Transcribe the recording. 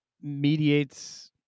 mediates